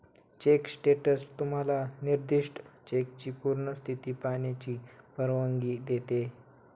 check status तुम्हाला निर्दिष्ट चेकची पूर्ण स्थिती पाहण्याची परवानगी देते